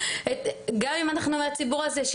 גם אם אנחנו מהציבור הזה,